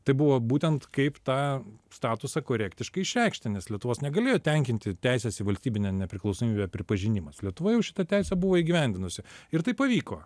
tai buvo būtent kaip tą statusą korektiškai išreikšti nes lietuvos negalėjo tenkinti teisės į valstybinę nepriklausomybę pripažinimas lietuva jau šitą teisę buvo įgyvendinusi ir tai pavyko